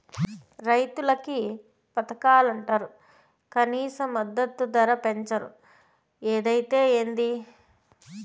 రైతులకి పథకాలంటరు కనీస మద్దతు ధర పెంచరు ఏదైతే ఏంది